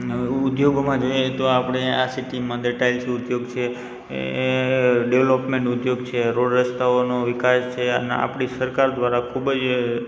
અને ઉદ્યોગોમાં જોઈએ તો આપણે આ સિટી માટે ટાઈલ્સ ઉદ્યોગ છે ડેવલપમેન્ટ ઉદ્યોગ છે રોડ રસ્તાઓનો વિકાસ છે અને આપણી સરકાર દ્વારા ખૂબ જ